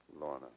Lorna